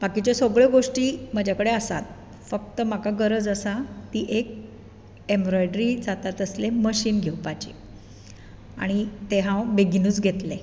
बाकीच्यो सगळ्यो गोश्टी म्हज्या कडेन आसात फक्त म्हाका गरज आसा ती एक एम्बरोय्ड्री जाता तसलें मशीन घेवपाची आनी तें हांव बेगीनूच घेतलें